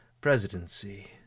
presidency